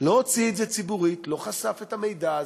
לא הוציא את זה ציבורית, לא חשף את המידע הזה,